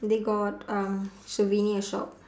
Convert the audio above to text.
they got um souvenir shop